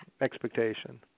expectation